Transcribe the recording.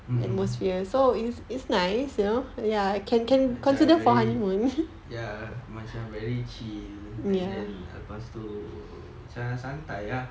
mmhmm macam very ya macam very chill and then lepas tu santai-santai ah